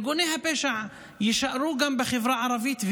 ארגוני הפשע יישארו גם בחברה הערבית,